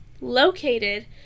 located